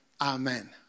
Amen